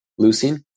leucine